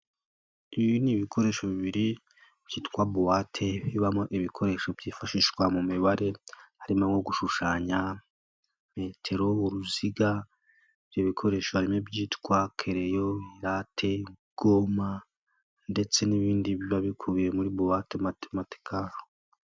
Ibi ni ibikoresho bibiri byitwa bowate bibamo ibikoresho byifashishwa mu mibare, harimo nko gushushanya metero, uruziga. Ibyo bikoresho harimo ibyitwa kereyo, irate, goma ndetse n'ibindi biba bikubiye muri bowate mate matikare.